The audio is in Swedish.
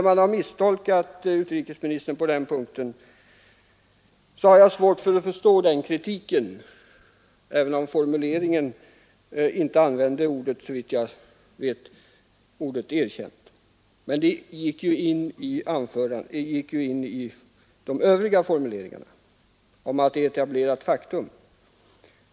Man har misstolkat ett yttrande av utrikesministern på den punkten, men jag har svårt att förstå den kritiken. Även om han i formuleringen såvitt jag vet inte använde uttrycket erkänd stat, framgick det ju av de övriga formuleringarna att detta är ett etablerat faktum.